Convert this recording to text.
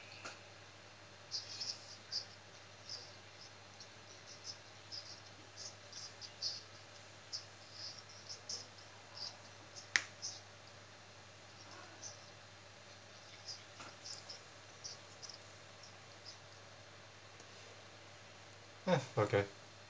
uh okay